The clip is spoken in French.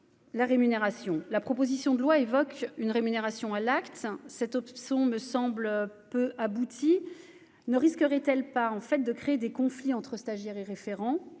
la rémunération, la proposition de loi évoque une rémunération à l'acte, 7 autres sont me semble peu abouti ne risquerait-elle pas en fait de créer des conflits entre stagiaires et référent,